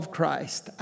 Christ